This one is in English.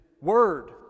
word